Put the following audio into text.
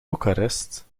bucharest